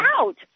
out